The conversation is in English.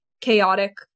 chaotic